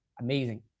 amazing